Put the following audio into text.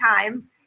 time